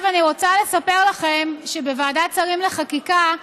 אני רוצה לספר לכם שבוועדת שרים לחקיקה,